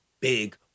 Big